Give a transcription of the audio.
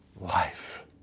life